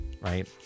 right